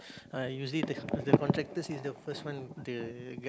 uh usually the the contractor is the first one the ga~